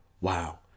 wow